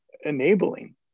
enabling